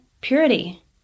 purity